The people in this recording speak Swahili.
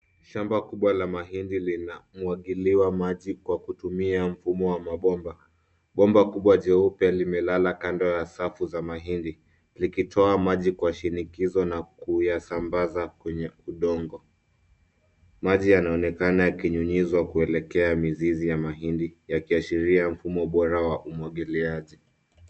Shamba kubwa la mahindi linamwagiliwa maji kwa kutumia mfumo wa mabomba ,bomba kubwa jeupe limelala kando ya safu za mahindi likitoa maji kwa shinikizo na kuyasambaza kwenye udongo, maji yanaonekana kinyunyizwa kuelekea mizizi ya mahindi ya kiashiria mfumo bora wa umwagiliaji.